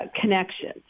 connections